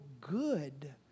good